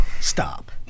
Stop